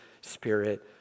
Spirit